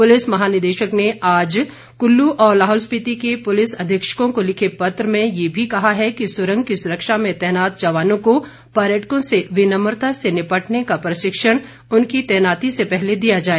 police महानिदेशक ने आज कुल्लू और लाहौल स्पिति के पुलिस अधीक्षकों को लिखे पत्र में ये भी कहा है कि सुरंग की सुरक्षा में तैनात जवानों को पर्यटकों से विनम्रता से निपटने का प्रशिक्षण उनकी तैनाती से पहले दिया जाए